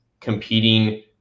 competing